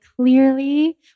clearly